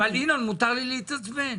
אבל מותר לי להתעצבן.